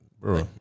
bro